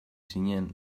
zinen